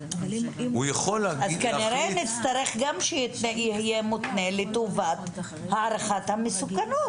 כנראה נצטרך גם שיהיה מותנה לטובת הערכת המסוכנות.